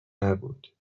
نبود